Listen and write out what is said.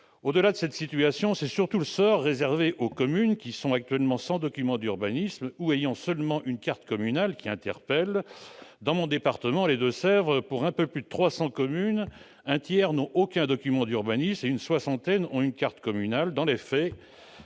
Au-delà, c'est surtout le sort réservé aux communes actuellement dépourvues de document d'urbanisme ou disposant seulement d'une carte communale qui interpelle. Dans mon département, les Deux-Sèvres, sur un peu plus de 300 communes, un tiers n'ont aucun document d'urbanisme et une soixantaine ne disposent que d'une carte communale. Dans les faits,